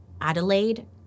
Adelaide